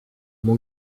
mon